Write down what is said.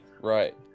right